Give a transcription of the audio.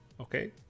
Okay